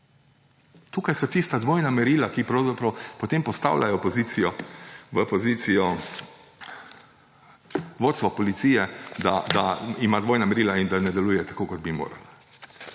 Tukaj so tista dvojna merila, ki pravzaprav postavljajo v pozicijo vodstvo policije, da ima dvojna merila in da ne deluje tako, kot bi moralo.